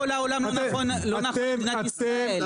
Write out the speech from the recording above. אני לא מצליח להבין למה מה שנכון לכל העולם לא נכון למדינת ישראל?